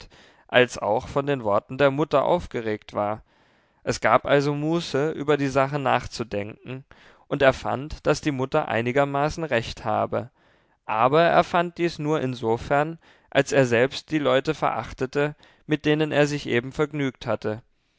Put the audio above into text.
als auch von den worten der mutter aufgeregt war es gab also muße über die sache nachzudenken und er fand daß die mutter einigermaßen recht habe aber er fand dies nur insofern als er selbst die leute verachtete mit denen er sich eben vergnügt hatte